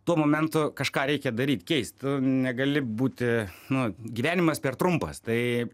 tuo momentu kažką reikia daryt keist negali būti nu gyvenimas per trumpas tai